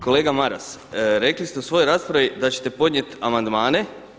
Kolega Maras, rekli ste u svojoj raspravi da ćete podnijeti amandmane.